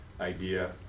idea